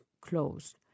closed